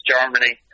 Germany